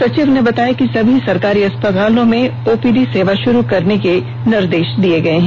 सचिव ने बताया कि सभी सरकारी अस्पतालों में ओपीडी सेवा शुरू करने के निर्देष दे दिए गए हैं